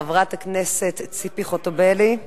חברת הכנסת ציפי חוטובלי.